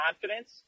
confidence